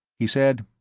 he said,